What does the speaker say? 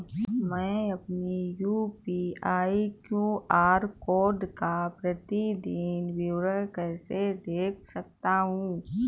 मैं अपनी UPI QR code का प्रतीदीन विवरण कैसे देख सकता हूँ?